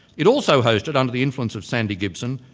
it also hosted under the influence of sandy gibson,